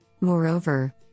Moreover